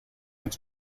its